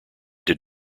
did